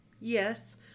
Yes